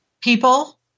People